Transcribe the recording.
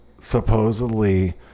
Supposedly